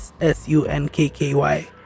S-U-N-K-K-Y